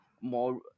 more